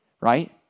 Right